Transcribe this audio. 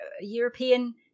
European